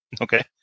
Okay